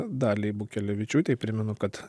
daliai bukelevičiūtei primenu kad